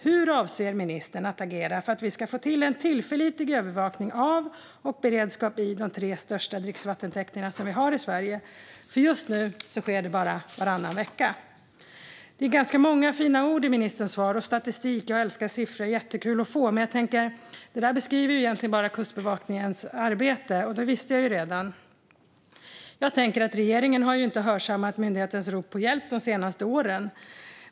Hur avser ministern att agera för att vi ska få till en tillförlitlig övervakning av och beredskap i de tre största dricksvattentäkter som vi har i Sverige? Just nu sker detta bara varannan vecka. Det var ganska många fina ord i ministerns svar, och svaret innehöll statistik. Jag älskar siffror; de är jättekul att få. Men det där beskrev egentligen bara Kustbevakningens arbete, och det kände jag ju redan till. Regeringen har ju inte hörsammat myndighetens rop på hjälp de senaste åren.